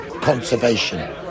conservation